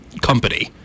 company